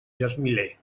gesmiler